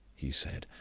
he said,